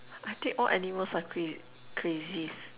I think all animals are cr~ crazies